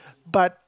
but